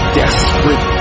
desperate